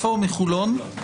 מחולון,